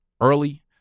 early